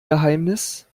geheimnis